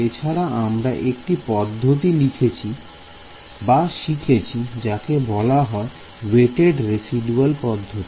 এছাড়াও আমরা একটি পদ্ধতি শিখেছি যাকে বলা হয় ওয়েটেড রেসিদুয়াল পদ্ধতি